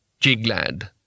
Jiglad